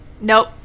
Nope